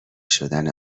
شدن